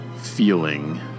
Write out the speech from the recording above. feeling